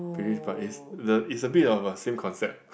Bugis but it's the it's a bit of a same concept